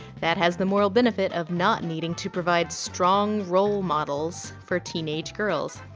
that has the moral benefit of not needing to provide strong role models for teenage girls.